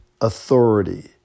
authority